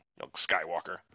Skywalker